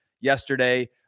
yesterday